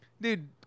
dude